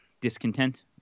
discontent